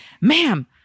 ma'am